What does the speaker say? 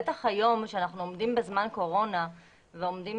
בטח היום בזמן קורונה ועומדים